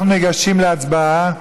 אנחנו ניגשים להצבעה,